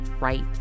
right